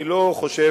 אני לא חושב